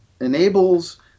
enables